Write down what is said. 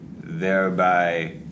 thereby